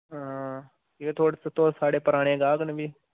हां कि तुस साढ़े पराने गाह्क न फ्ही